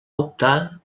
optar